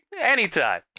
anytime